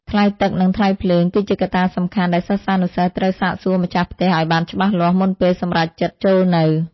ថ្លៃទឹកនិងថ្លៃភ្លើង គឺជាកត្តាសំខាន់ដែលសិស្សានុសិស្សត្រូវសាកសួរម្ចាស់ផ្ទះឱ្យបានច្បាស់លាស់ មុនពេលសម្រេចចិត្តចូលនៅ។